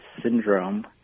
syndrome